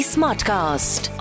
Smartcast